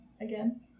again